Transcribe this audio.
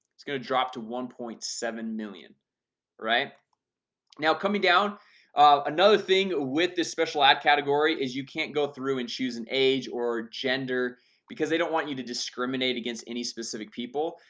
it's gonna drop to one point seven million right now coming down another thing with this special app category is you can't go through and choose an age or gender because they don't want you to discriminate against any specific people.